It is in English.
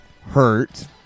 hurt